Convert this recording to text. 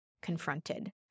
confronted